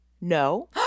No